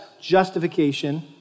justification